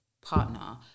partner